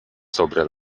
sobre